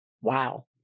Wow